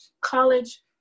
college